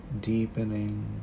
Deepening